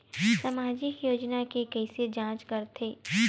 सामाजिक योजना के कइसे जांच करथे?